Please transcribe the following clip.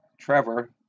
Trevor